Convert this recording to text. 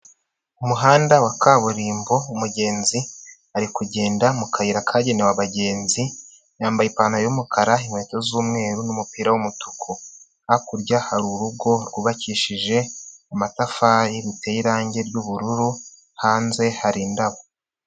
Umuhanda wa kaburimbo umugenzi ari kugenda mu kayira kagenewe abagenzi yambaye ipantaro y'umukara, inkweto z'umweru n'umupira w'umutuku, hakurya hari urugo rwubakishije amatafari ruteye irange ry'ubururu hanze hari indabo.